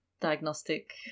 Diagnostic